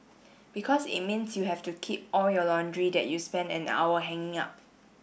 because it means you have to keep all your laundry that you spent an hour hanging up